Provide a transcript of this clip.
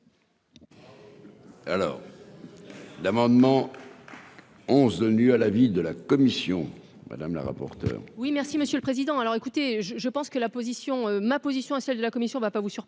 Alors l'amendement. 11 à l'avis de la commission madame la rapporteure. Oui, merci Monsieur le Président, alors écoutez je, je pense que la position ma position à celle de la commission va pas vous surprendre,